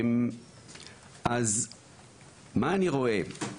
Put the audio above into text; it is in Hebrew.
אז מה אני רואה?